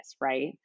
right